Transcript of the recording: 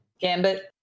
gambit